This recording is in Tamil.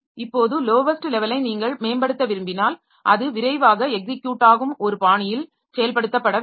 இப்போது லாேவஸ்ட் லெவலை நீங்கள் மேம்படுத்த விரும்பினால்அது விரைவாக எக்ஸிக்யுட்டாகும் ஒரு பாணியில் செயல்படுத்தப்பட வேண்டும்